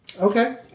okay